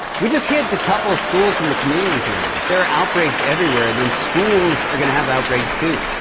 we just can't decouple schools from the communities they're in. if there are outbreaks everywhere, then schools are going to have outbreaks, too.